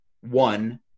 one